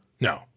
No